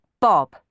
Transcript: Bob